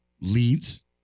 leads